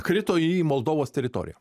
krito į moldovos teritoriją